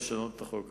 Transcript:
לשנות את החוק הזה,